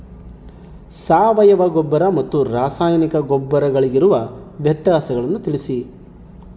ಸಾವಯವ ಗೊಬ್ಬರ ಮತ್ತು ರಾಸಾಯನಿಕ ಗೊಬ್ಬರಗಳಿಗಿರುವ ವ್ಯತ್ಯಾಸಗಳನ್ನು ತಿಳಿಸಿ?